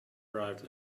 arrived